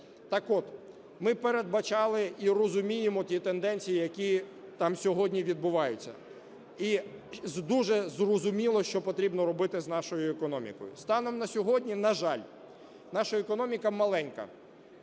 Так от, ми передбачали і розуміємо ті тенденції, які там сьогодні відбуваються. І дуже зрозуміло, що потрібно робити з нашою економікою. Станом на сьогодні, на жаль, наша економіка маленька.